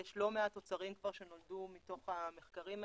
יש לא מעט תוצרים כבר שנולדו מתוך המחקרים האלה.